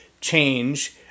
change